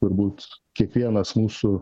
turbūt kiekvienas mūsų